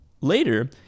Later